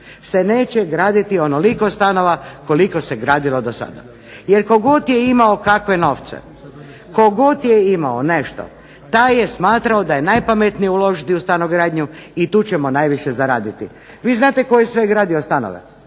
se neće graditi onoliko stanova koliko se gradilo do stada. Jer tko god je imao kakve novce, tko god je imao nešto taj je smatrao da je najpametnije uložiti u stanogradnju i tu ćemo najviše zaraditi. Vi znate tko je sve gradio stanove,